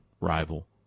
rival